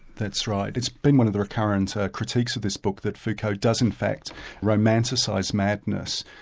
that's right, it's been one of the recurrent critiques of this book that foucault does in fact romanticise madness,